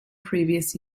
previous